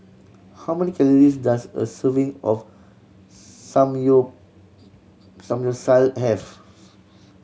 how many calories does a serving of have